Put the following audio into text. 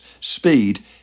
speed